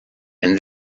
and